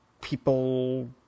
people